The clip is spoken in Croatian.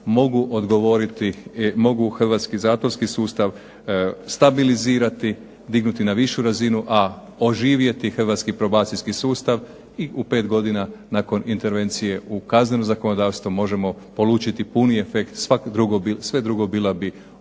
mogu odgovoriti, mogu hrvatski zatvorski sustav stabilizirati, dignuti na višu razinu, a oživjeti hrvatski probacijski sustav i u 5 godina nakon intervencije u kaznenom zakonodavstvu možemo polučiti puni efekt. Sve drugo bilo bi ja